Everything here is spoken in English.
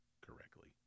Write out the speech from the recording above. correctly